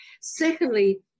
Secondly